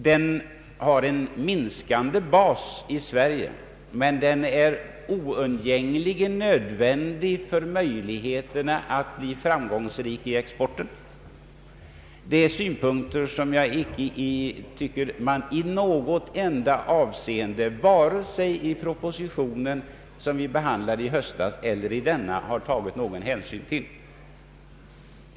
Den har en minskande bas i Sverige, men den är oundgängligen nödvändig för att skapa möjligheter till framgångsrik export. Detta är synpunkter som inte i något enda avseende blivit beaktade vare sig i den proposition vi be handlade i höstas eller i den vi nu behandlar.